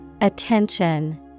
Attention